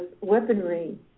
weaponry